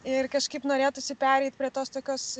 ir kažkaip norėtųsi pereit prie tos tokios